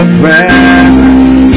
presence